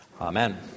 Amen